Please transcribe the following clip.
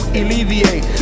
alleviate